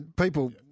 people